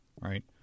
right